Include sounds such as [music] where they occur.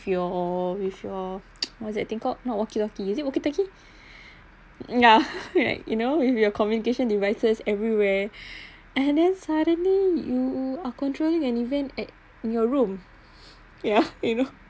your with your [noise] what's that thing called not walkie talkie is it walkie talkie [breath] ya [laughs] correct you know with your communication devices everywhere [breath] and then suddenly you are controlling an event at in your room ya you know